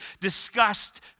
discussed